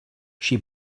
she